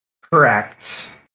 Correct